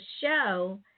show